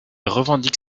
revendique